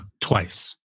twice